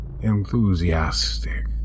enthusiastic